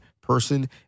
person